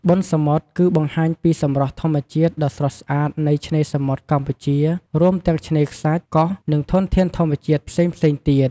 បុណ្យសមុទ្រ គឺបង្ហាញពីសម្រស់ធម្មជាតិដ៏ស្រស់ស្អាតនៃឆ្នេរសមុទ្រកម្ពុជា រួមទាំងឆ្នេរខ្សាច់ កោះ និងធនធានធម្មជាតិផ្សេងៗទៀត។